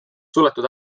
suletud